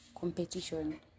competition